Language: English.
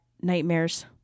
nightmares